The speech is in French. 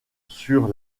sur